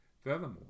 furthermore